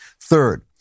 Third